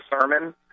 sermon